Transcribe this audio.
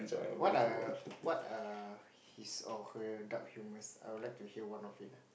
what err what err his or her dark humors I would to hear one of it